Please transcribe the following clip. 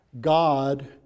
God